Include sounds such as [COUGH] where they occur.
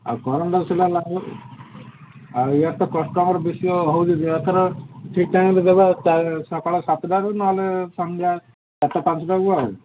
ଆଉ କରେଣ୍ଟ ଆସିଲା [UNINTELLIGIBLE] ଆଉ ଇଆଡ଼େ ତ କଷ୍ଟମର ବେଶୀ ହେଉଛନ୍ତି ଏଥର ଠିକ୍ ଟାଇମରେ ଦେବେ ସକାଳ ସାତଟାରୁ ନହେଲେ ସନ୍ଧ୍ୟା ଚାରିଟା ପାଞ୍ଚଟାକୁ ଆଉ